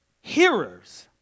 hearers